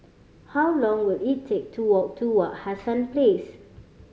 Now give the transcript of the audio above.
how long will it take to walk to Wak Hassan Place